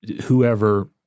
whoever